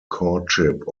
courtship